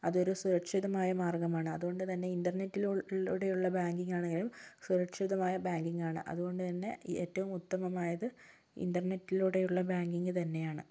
അത് ഒരു സുരക്ഷിതമായ മാർഗ്ഗമാണ് അതുകൊണ്ട് തന്നെ ഇൻറർനെറ്റിലൂടെയുള്ള ബാങ്കിംഗ് ആണെങ്കിലും സുരക്ഷിതമായ ബേങ്കിങ്ങാണ് അതുകൊണ്ട് തന്നെ എറ്റവും ഉത്തമമായത് ഇൻറർനെറ്റിലൂടെയുള്ള ബാങ്കിങ് തന്നെയാണ്